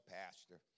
Pastor